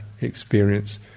experience